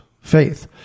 faith